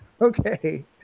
okay